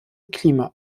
klima